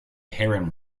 heron